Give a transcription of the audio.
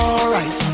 Alright